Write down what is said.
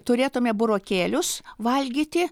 turėtume burokėlius valgyti